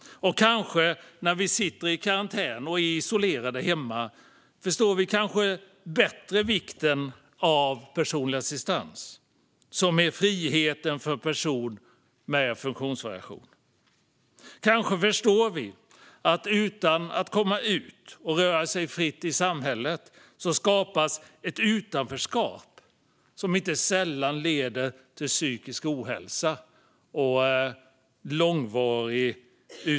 När vi sitter i karantän och är isolerade hemma förstår vi kanske bättre vikten av personlig assistans, som är friheten för en person med funktionsvariation. Kanske förstår vi att utan att komma ut och röra oss fritt i samhället skapas ett långvarigt utanförskap som inte sällan leder till psykisk ohälsa.